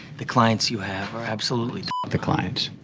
the clients you have are absolutely the clients.